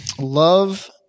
love